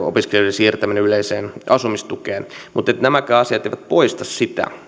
siirtäminen yleiseen asumistukeen mutta nämäkään asiat eivät poista sitä